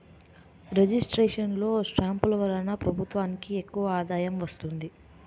registration లో స్టాంపులు వలన ప్రభుత్వానికి ఎక్కువ ఆదాయం వస్తుంది